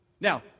Now